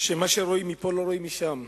שמה שרואים מפה לא רואים משם.